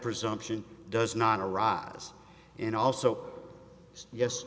presumption does not arise in also yes